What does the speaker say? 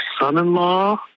Son-in-Law